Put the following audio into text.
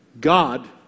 God